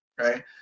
Right